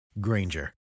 Granger